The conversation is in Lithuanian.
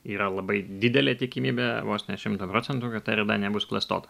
yra labai didelė tikimybė vos ne šimtą procentų kad ta rida nebus klastota